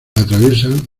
atraviesan